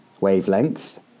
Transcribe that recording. Wavelength